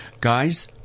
guys